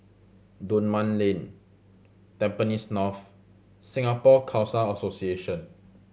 Dunman Lane Tampines North Singapore Khalsa Association